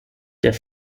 der